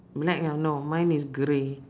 black ah no mine is grey